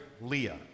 Leah